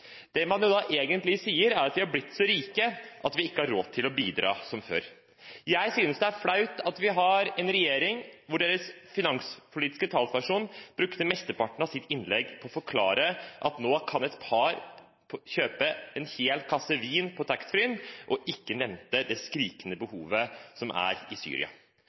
Det man egentlig sier, er at vi har blitt så rike at vi ikke har råd til å bidra som før. Jeg synes det er flaut at vi har en regjering med en finanspolitisk talsperson som brukte mesteparten av sitt innlegg på å forklare at nå kan et par kjøpe en hel kasse vin på taxfree, og ikke nevnte det skrikende behovet som er i Syria.